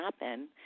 happen